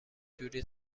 جوری